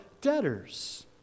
debtors